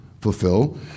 fulfill